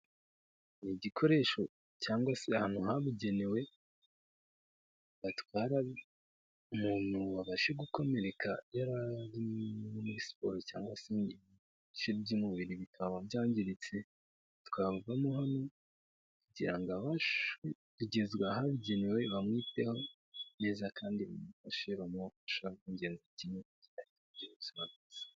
N'igikoresho cyangwa se ahantu habugenewe batwara umuntu wabashe gukomereka yara muri siporo cyangwa se ibice by'umubiri bikaba byangiritse, atwarwamo hano kugirango kugezwa ahagenewe bamwiteho neza kandi bamufashashi bamuhe ubufasha bw'ingenzi, kugirango agire ubuzima bwiza.